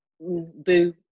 boo